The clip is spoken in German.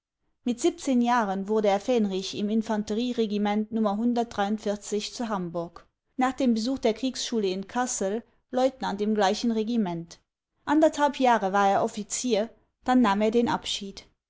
mit jahren wurde er fähnrich im infanterieregiment zu hamburg nach dem besuch der kriegsschule in cassel leutnant im gleichen regiment anderthalb jahre war er offizier dann nahm er den abschied